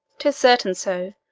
tis certain so